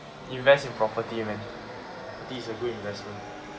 invest in property man this is a good investment